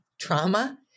trauma